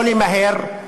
לא למהר,